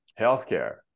healthcare